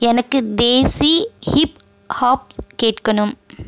எனக்கு desi hip hop கேட்கணும்